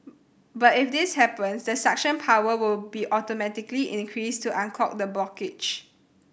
but if this happens the suction power will be automatically increased to unclog the blockage